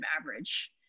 average